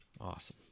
awesome